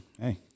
hey